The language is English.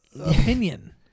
opinion